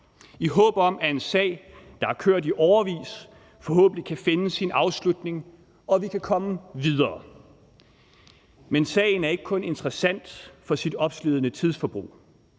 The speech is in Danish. i håb om at en sag, der har kørt i årevis, forhåbentlig kan finde sin afslutning, og vi kan komme videre. Men sagen er ikke kun interessant for sit opslidende tidsforbrug.